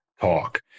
talk